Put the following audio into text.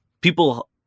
people